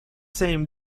same